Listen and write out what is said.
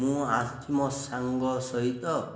ମୁଁ ଆସୁଛି ମୋ ସାଙ୍ଗ ସହିତ